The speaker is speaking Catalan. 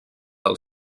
del